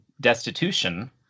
destitution